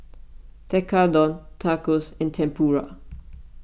Tekkadon Tacos and Tempura